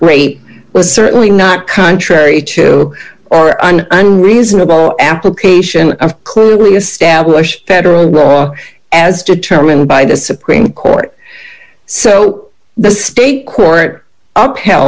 rape was certainly not contrary to or an unreasonable application of clearly established federal as determined by the supreme court so the state court